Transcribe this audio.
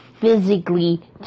physically